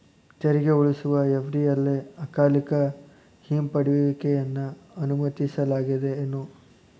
ತೆರಿಗೆ ಉಳಿಸುವ ಎಫ.ಡಿ ಅಲ್ಲೆ ಅಕಾಲಿಕ ಹಿಂಪಡೆಯುವಿಕೆಯನ್ನ ಅನುಮತಿಸಲಾಗೇದೆನು?